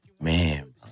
Man